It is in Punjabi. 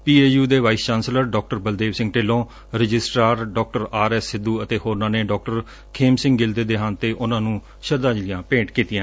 ਪੀਏਯੁ ਦੇ vice chancellor doctor Baldev Singh Dhillon registrar doctor R S Sidhu ਅਤੇ ਹੋਰਨਾਂ ਨੇ ਡਾਕਟਰ ਖੇਮ ਸਿੰਘ ਗਿੱਲ ਦੇ ਦੇਹਾਂਤ ਤੇ ਉਨ੍ਹਾਂ ਨੂੰ ਸ਼ਰਧਾਂਜਲੀਆਂ ਭੇਟ ਕੀਤੀਆਂ